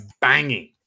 banging